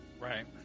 Right